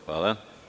Hvala.